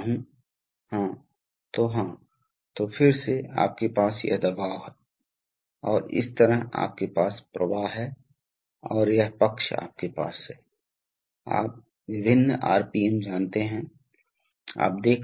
तो उच्च दाब इस तरफ से जाएगा इसलिए इसे यहाँ लागू किया जाएगा इसे यहाँ लागू किया जाएगा और यह दूसरी तरफ लगाया जाएगा यहाँ लगाया जाएगा इसलिए यह ऐसा होगा